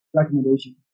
recommendation